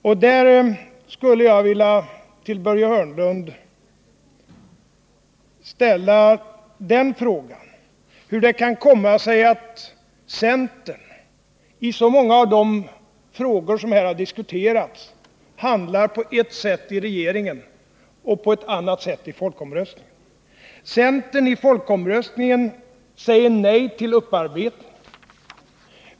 Och jag vill med anledning av det till Börje Hörnlund ställa frågan: Hur kan det komma sig att centern i så många av de frågor som här har diskuterats handlar på ett sätt i regeringen och på ett annat i kampanjen inför folkomröstningen? Centern säger i kampanjen inför folkomröstningen nej till upparbetning.